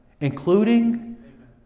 including